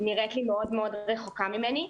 שנראית לי מאוד מאוד רחוקה ממני,